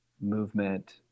movement